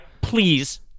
please